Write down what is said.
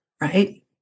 right